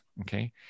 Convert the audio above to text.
okay